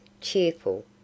cheerful